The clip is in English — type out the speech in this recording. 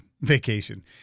vacation